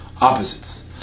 opposites